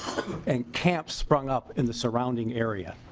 and camp sprung up in the surrounding areas.